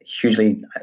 hugely